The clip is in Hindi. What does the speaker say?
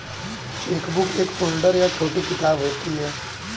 चेकबुक एक फ़ोल्डर या छोटी किताब होती है